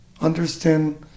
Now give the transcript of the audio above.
understand